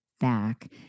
back